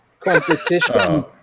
competition